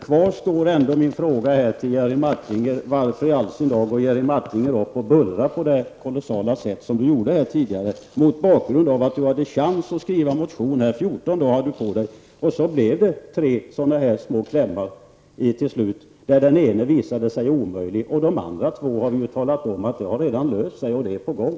Kvar står ändå min fråga till Jerry Martinger om varför i all sin dar Jerry Martinger går upp och bullrar så kolossalt som han tidigare gjorde. Jerry Martinger hade ju ändå en chans att skriva en motion -- 14 dagar hade han på sig --, och sedan blev det till slut tre små klämmar, av vilka den ena visade sig omöjlig och de andra två redan har fått en lösning och är på gång.